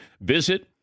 Visit